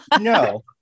No